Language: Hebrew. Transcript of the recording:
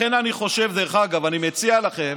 לכן אני חושב, דרך אגב, אני מציע לכם